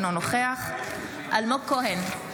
אינו נוכח אלמוג כהן,